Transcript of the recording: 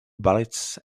bullets